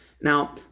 Now